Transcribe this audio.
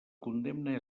condemna